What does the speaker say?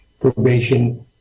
probation